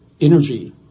energy